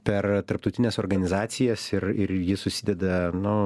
per tarptautines organizacijas ir ir ji susideda nu